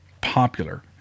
popular